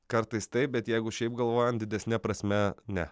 kartais taip bet jeigu šiaip galvojant didesne prasme ne